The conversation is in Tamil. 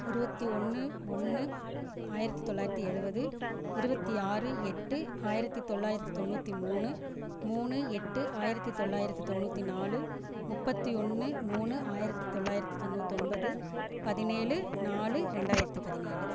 இருபத்தி ஒன்று ஒன்று ஆயிரத்தி தொள்ளாயிரத்தி எழுபது இருபத்தி ஆறு எட்டு ஆயிரத்தி தொள்ளாயிரத்தி தொண்ணூற்று மூணு மூணு எட்டு ஆயிரத்தி தொள்ளாயிரத்தி தொண்ணூற்றி நாலு முப்பத்தி ஒன்று மூணு ஆயிரத்தி தொள்ளாயிரத்தி தொண்ணூத்தொன்பது பதினேழு நாலு ரெண்டாயிரத்தி பதினேழு